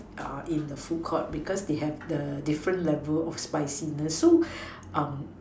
in the food court because they have different level of spiciness so